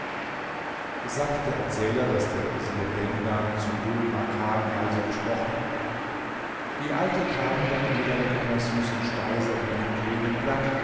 es sagte der erzähler daß der vezier dendan zu dhul makan also gesprochen die alte kam dann wieder mit einer süßen speise auf einem grünen blatt